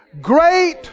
great